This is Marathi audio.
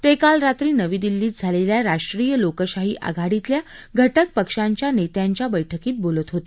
ते काल रात्री नवी दिल्लीत झालेल्या राष्ट्रीय लोकशाही आघाडीतल्या घटक पक्षांच्या नेत्यांच्या बैठकीत बोलत होते